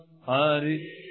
Hari